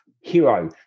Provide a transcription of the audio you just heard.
hero